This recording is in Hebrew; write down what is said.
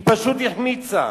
היא פשוט החמיצה.